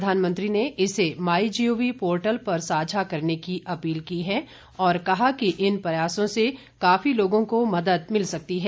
प्रधानमंत्री ने इसे माईजीओवी पोर्टल पर साझा करने की अपील की और कहा कि इन प्रयासों से काफी लोगों को मदद मिल सकती है